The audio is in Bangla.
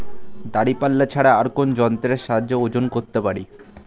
দাঁড়িপাল্লা ছাড়া আর কোন যন্ত্রের সাহায্যে ওজন করতে পারি?